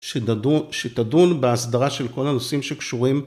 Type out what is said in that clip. שתדון בהסדרה של כל הנושאים שקשורים.